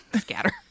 Scatter